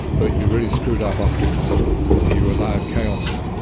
but you really screwed up afterwards and you allowed chaos,